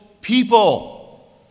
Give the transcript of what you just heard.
people